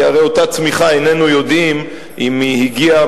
כי הרי אותה צמיחה איננו יודעים אם היא הגיעה